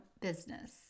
business